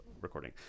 recording